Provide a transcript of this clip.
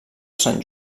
sant